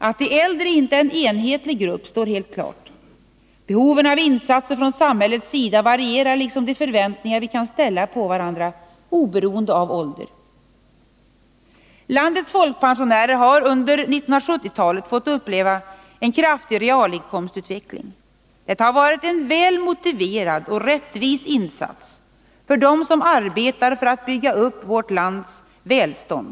Att de äldre inte är en enhetlig grupp står helt klart. Behoven av insatser från samhällets sida varierar liksom de förväntningar vi kan ha på varandra oberoende av ålder. Landets folkpensionärer har under 1970-talet fått uppleva en kraftig realinkomstutveckling. Detta har varit en väl motiverad och rättvis insats för dem som arbetat för att bygga upp vårt lands välstånd.